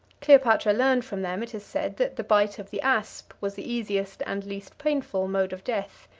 cleopatra learned from them, it is said, that the bite of the asp was the easiest and least painful mode of death.